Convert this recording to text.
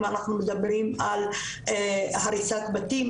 אם אנחנו מדברים על הריסת בתים,